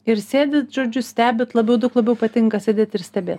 ir sėdit žodžiu stebit labiau daug labiau patinka sėdėt ir stebėt